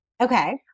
Okay